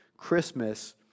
Christmas